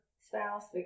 spouse